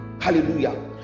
Hallelujah